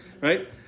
right